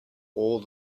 all